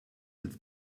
jetzt